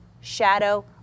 shadow